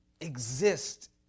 exist